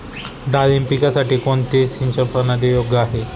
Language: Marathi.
डाळिंब पिकासाठी कोणती सिंचन प्रणाली योग्य आहे?